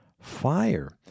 fire